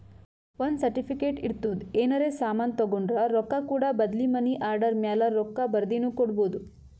ಒಂದ್ ಸರ್ಟಿಫಿಕೇಟ್ ಇರ್ತುದ್ ಏನರೇ ಸಾಮಾನ್ ತೊಂಡುರ ರೊಕ್ಕಾ ಕೂಡ ಬದ್ಲಿ ಮನಿ ಆರ್ಡರ್ ಮ್ಯಾಲ ರೊಕ್ಕಾ ಬರ್ದಿನು ಕೊಡ್ಬೋದು